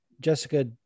Jessica